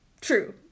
True